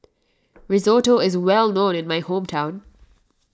Risotto is well known in my hometown